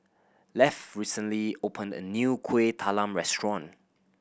Lafe recently opened a new Kueh Talam restaurant